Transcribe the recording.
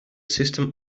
system